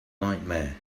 nightmare